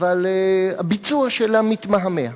אבל הביצוע שלה מתמהמה.